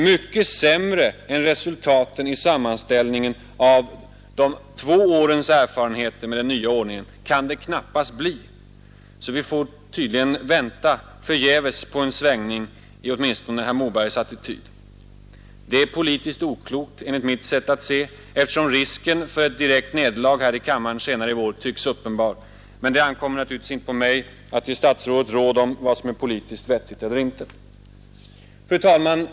Mycket sämre än resultaten i sammanställningen av två års erfarenheter med den nya ordningen kan det knappast bli, så vi får tydligen vänta förgäves på en svängning i åtminstone herr Mobergs attityd. Det är politiskt oklokt enligt mitt sätt att se, eftersom risken för ett direkt nederlag här i kammaren senare i vår tycks uppenbar. Men det ankommer naturligtvis inte på mig att ge statsrådet råd om vad som är politiskt vettigt eller inte. Fru talman!